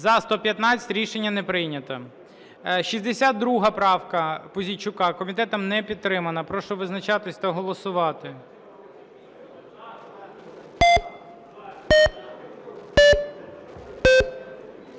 За-115 Рішення не прийнято. 62 правка Пузійчука. Комітетом не підтримана. Прошу визначатись та голосувати.